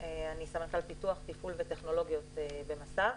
סמנכ"ל פיתוח, תפעול וטכנולוגיות במס"ב.